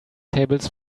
tables